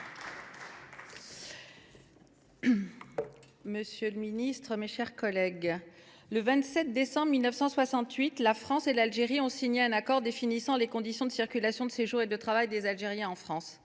monsieur le ministre, mes chers collègues, le 27 décembre 1968, la France et l’Algérie ont signé un accord définissant les conditions de circulation, de séjour et de travail des Algériens en France.